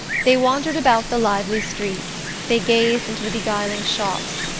they wandered about the lively streets, they gazed into the beguiling shops,